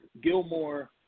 Gilmore